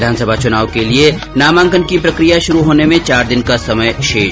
विधानसभा चुनाव के लिए नामांकन की प्रक्रिया शुरू होने में चार दिन का समय शेष